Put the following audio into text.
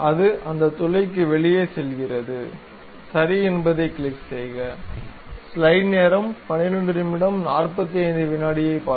அது அந்த துளைக்கு வெளியே செல்கிறது சரி என்பதைக் கிளிக் செய்க